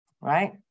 right